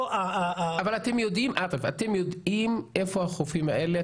עאטף, אבל אתם יודעים איפה החופים האלה?